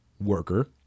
worker